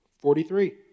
Forty-three